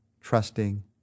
trusting